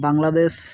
Bangladesh